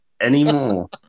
anymore